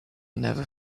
never